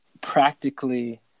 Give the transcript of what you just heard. practically